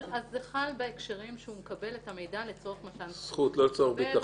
לצורך מתן זכות.